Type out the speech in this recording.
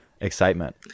excitement